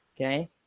Okay